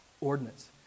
ordinance